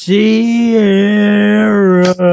Sierra